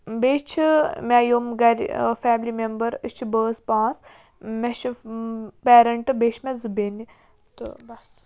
بیٚیہِ چھِ مےٚ یِم گَرِ فیملی مٮ۪مبَر أسۍ چھِ بٲژ پانٛژھ مےٚ چھِ پیرَنٛٹ بیٚیہِ چھِ مےٚ زٕ بیٚنہِ تہٕ بَس